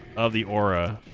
of the aura